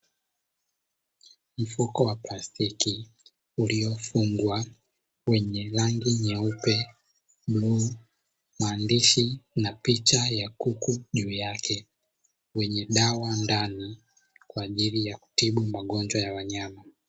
Mfuko wa plastiki uliofungwa wenye rangi nyeupe, bluu, maandishi na picha ya kuku juu yake, wenye dawa ndani kwa ajili ya kutibu magonjwa ya wanyama.